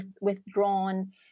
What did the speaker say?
withdrawn